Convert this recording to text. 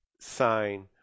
sign